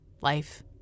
Life